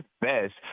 best